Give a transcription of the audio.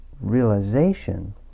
realization